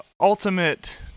ultimate